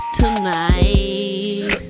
tonight